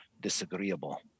disagreeable